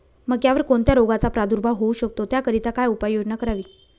मक्यावर कोणत्या रोगाचा प्रादुर्भाव होऊ शकतो? त्याकरिता काय उपाययोजना करावी?